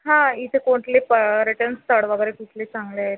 हां इथे कोठले पर्यटन स्थळ वगैरे कुठले चांगले आहेत